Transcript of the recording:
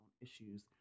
issues